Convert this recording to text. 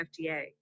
FDA